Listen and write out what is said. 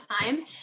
time